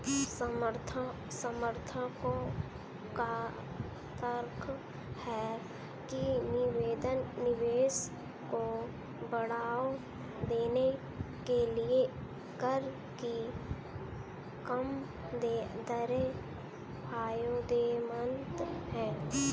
समर्थकों का तर्क है कि निवेश को बढ़ावा देने के लिए कर की कम दरें फायदेमंद हैं